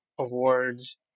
Awards